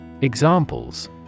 Examples